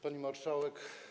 Pani Marszałek!